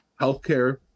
healthcare